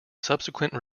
subsequent